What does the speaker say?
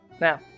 Now